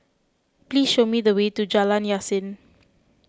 please show me the way to Jalan Yasin